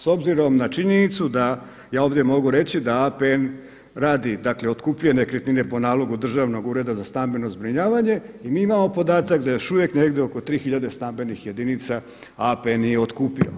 S obzirom na činjenicu da je ovdje mogu reći da APN radi dakle otkupljuje nekretnine po nalogu Državnog ureda za stambeno zbrinjavanje i mi imamo podatak da još uvijek negdje oko tri tisuće stambenih jedinica APN nije otkupio.